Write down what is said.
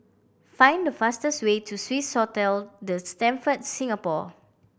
find the fastest way to Swissotel The Stamford Singapore